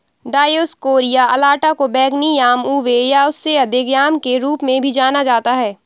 Dioscorea alata को बैंगनी yam ube या उससे अधिक याम के रूप में भी जाना जाता है